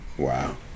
Wow